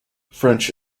french